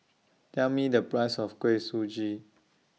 Tell Me The Price of Kuih Suji